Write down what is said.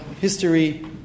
history